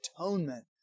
atonement